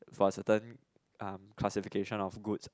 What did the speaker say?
for a certain um classification of goods